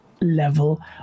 level